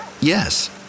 yes